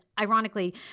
ironically